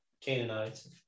Canaanites